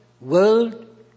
world